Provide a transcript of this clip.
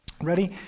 Ready